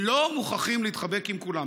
לא מוכרחים להתחבק עם כולם.